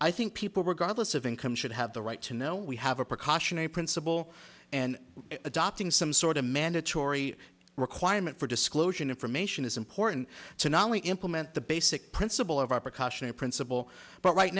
i think people regardless of income should have the right to know we have a precautionary principle and adopting some sort of mandatory requirement for disclosure and information is important to not only implement the basic principle of our precaution in principle but right